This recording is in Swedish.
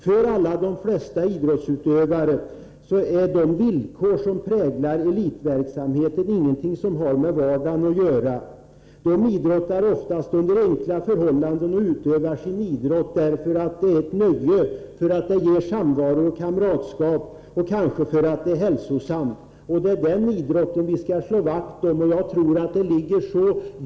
För de flesta idrottsutövare är de villkor som präglar elitverksamheten inget som har med deras vardag att göra. De idrottar oftast under enkla förhållanden och utövar sin idrott därför att det är ett nöje för dem, därför att det ger samvaro och kamratskap och kanske därför att det är hälsosamt. Det är den idrottsverksamheten som vi skall slå vakt om.